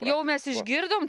jau mes išgirdom